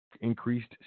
Increased